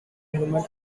human